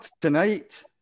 tonight